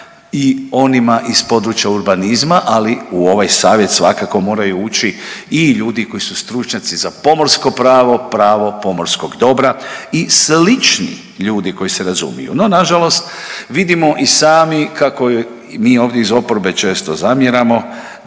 i onima iz područja urbanizma, ali u ovaj savjet svakako moraju ući i ljudi koji su stručnjaci za pomorsko pravo, pravo pomorskog dobra i slični ljudi koji se razumiju. No na žalost vidimo i sami kako mi ovdje iz oporbe često zamjeramo